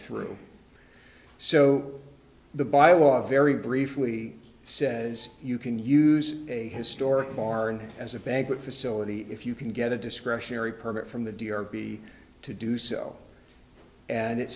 through so the bylaw very briefly says you can use a historic barn as a banquet facility if you can get a discretionary permit from the d r p to do so and it